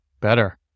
better